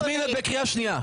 יסמין, את בקריאה שנייה.